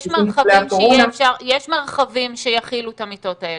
אבל יש מרחבים שיכילו את המיטות האלה?